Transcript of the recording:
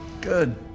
Good